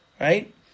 right